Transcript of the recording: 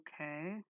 Okay